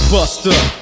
Buster